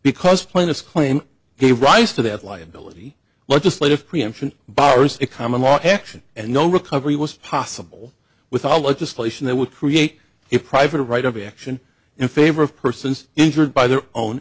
because plaintiff's claim gave rise to that liability legislative preemption barres a common law action and no recovery was possible without legislation that would create a private right of action in favor of persons injured by their own